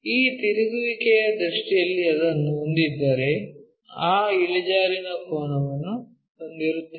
ಈ ತಿರುಗುವಿಕೆಯ ದೃಷ್ಟಿಯಲ್ಲಿ ಅದನ್ನು ಹೊಂದಿದ್ದರೆ ಆ ಇಳಿಜಾರಿನ ಕೋನವನ್ನು ಹೊಂದಿರುತ್ತೇವೆ